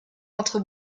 entre